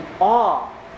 awe